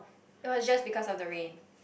or it was just because of the rain